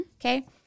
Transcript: Okay